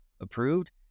approved